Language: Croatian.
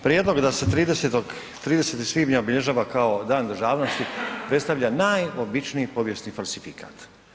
Prijedlog da se 30.-tog, 30. svibanj obilježava kao Dan državnosti predstavlja najobičniji povijesni falsifikat.